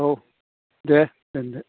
औ दे दोनदो